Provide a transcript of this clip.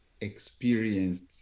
experienced